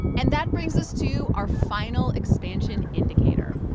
and that brings us to our final expansion indicator.